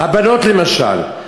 הבנות למשל,